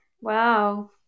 wow